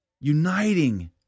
uniting